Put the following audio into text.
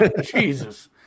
Jesus